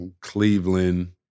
Cleveland